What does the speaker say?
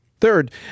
Third